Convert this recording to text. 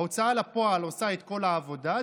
ההוצאה לפועל עושה את כל העבודה,